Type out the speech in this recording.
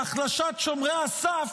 בהחלשת שומרי הסף,